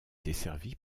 desservie